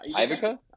Ivica